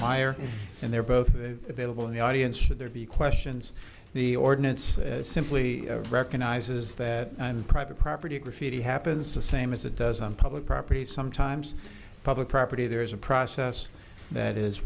wire and they're both available in the audience should there be questions the ordinance simply recognizes that and private property graffiti happens the same as it does on public property sometimes public property there is a process that is